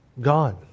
gone